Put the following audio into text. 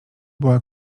była